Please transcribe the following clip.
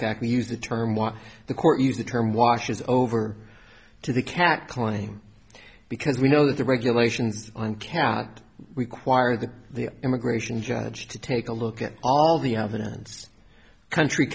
fact we use the term want the court use the term washes over to the cat claim because we know that the regulations on cat require the the immigration judge to take a look at all the evidence country